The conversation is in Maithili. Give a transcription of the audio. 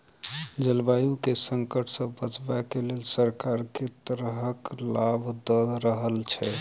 जलवायु केँ संकट सऽ बचाबै केँ लेल सरकार केँ तरहक लाभ दऽ रहल छै?